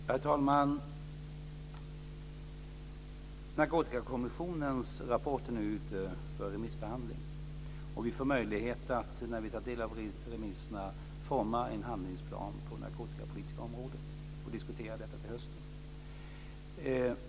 Herr talman! Narkotikakommissionens rapport är nu ute på remissbehandling, och när vi tar del av remissvaren får vi möjlighet att forma en handlingsplan på det narkotikapolitiska området och diskutera detta under hösten.